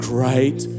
Great